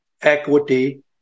equity